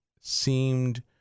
seemed